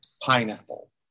pineapple